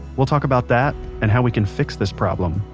we'll talk about that, and how we can fix this problem,